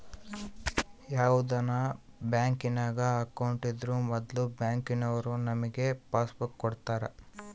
ಯಾವುದನ ಬ್ಯಾಂಕಿನಾಗ ಅಕೌಂಟ್ ಇದ್ರೂ ಮೊದ್ಲು ಬ್ಯಾಂಕಿನೋರು ನಮಿಗೆ ಪಾಸ್ಬುಕ್ ಕೊಡ್ತಾರ